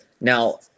Now